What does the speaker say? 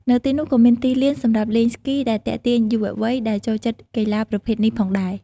នៅទីនោះក៏មានទីលានសម្រាប់លេងស្គី ដែលទាក់ទាញយុវវ័យដែលចូលចិត្តកីឡាប្រភេទនេះផងដែរ។